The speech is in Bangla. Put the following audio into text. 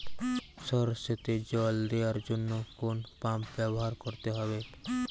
সরষেতে জল দেওয়ার জন্য কোন পাম্প ব্যবহার করতে হবে?